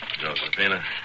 Josephina